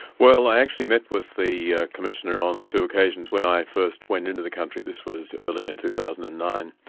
well i actually met with the ah commissioner on two occasions. when i first went in to the country, this was early and two thousand and nine,